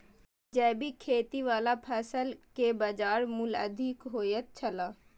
जैविक खेती वाला फसल के बाजार मूल्य अधिक होयत छला